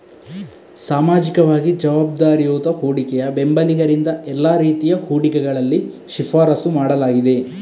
ಸಾಮಾಜಿಕವಾಗಿ ಜವಾಬ್ದಾರಿಯುತ ಹೂಡಿಕೆಯ ಬೆಂಬಲಿಗರಿಂದ ಎಲ್ಲಾ ರೀತಿಯ ಹೂಡಿಕೆಗಳಲ್ಲಿ ಶಿಫಾರಸು ಮಾಡಲಾಗಿದೆ